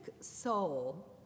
soul